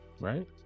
right